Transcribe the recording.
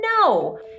No